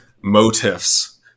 motifs